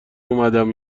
اومدم